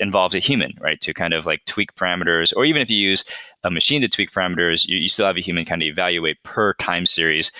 involves a human to kind of like tweak parameters, or even if you use a machine to tweak parameters, you you still have a human kind of evaluate per time series,